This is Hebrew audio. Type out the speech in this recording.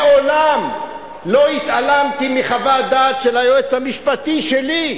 ומעולם לא התעלמתי מחוות דעת של היועץ המשפטי שלי.